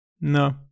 no